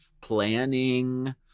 planning